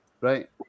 right